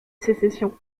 sécession